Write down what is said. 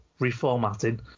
reformatting